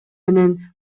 менен